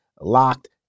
locked